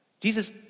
Jesus